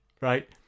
right